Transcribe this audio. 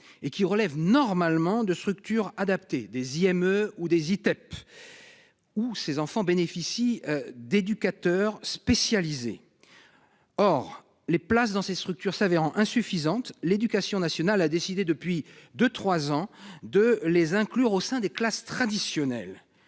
et qui relèvent normalement de structures adaptée des IME ou des ITEP. Ou ses enfants bénéficient d'éducateur spécialisé. Or, les places dans ces structures s'avérant insuffisante l'éducation nationale a décidé depuis 2 3 ans, de les inclure au sein des classes traditionnelles